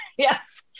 Yes